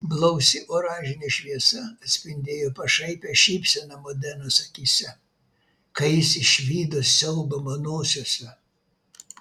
blausi oranžinė šviesa atspindėjo pašaipią šypseną modenos akyse kai jis išvydo siaubą manosiose